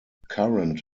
current